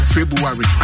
February